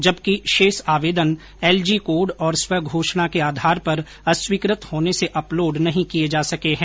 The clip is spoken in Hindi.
जबकि शेष आवेदन एलजी कोड और स्वघोषणा के आधार पर अस्वीकृत होने से अपलोड़ नही किये जा सके हैं